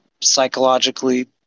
psychologically